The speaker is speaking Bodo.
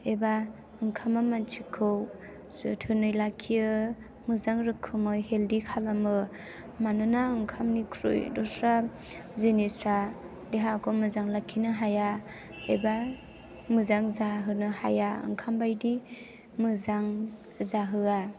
एबा ओंखामा मानसिखौ जोथोनै लाखियो मोजां रोखोमै हेल्थि खालामो मानोना ओंखामनिख्रुइ दस्रा जिनिसा देहाखौ मोजां लाखिनो हाया एबा मोजां जाहोनो हाया ओंखाम बायदि मोजां जाहोआ